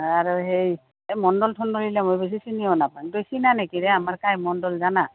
আৰু সেই এই মণ্ডল চণ্ডলবিলাক মই বেছি চিনিও নাপাওঁ তই চিনা নেকিৰে আমাৰ কাই মণ্ডল জানা